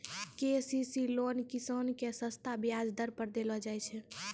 KCC loan किसान के सस्ता ब्याज दर पर देलो जाय छै